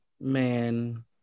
man